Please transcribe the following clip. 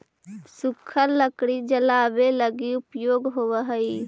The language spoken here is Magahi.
सूखल लकड़ी जलावे लगी उपयुक्त होवऽ हई